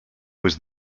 was